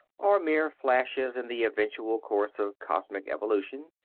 are mere flashes in the eventual course of cosmic evolution,